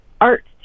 art